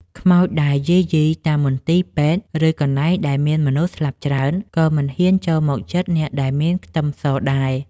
ខ្មោចដែលយាយីតាមមន្ទីរពេទ្យឬកន្លែងដែលមានមនុស្សស្លាប់ច្រើនក៏មិនហ៊ានចូលមកជិតអ្នកដែលមានក្លិនខ្ទឹមសដែរ។